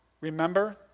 Remember